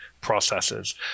processes